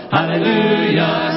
Hallelujah